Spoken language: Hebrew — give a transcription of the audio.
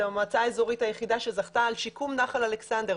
המועצה האזורית שזכתה על שיקום נחל אלכסנדר.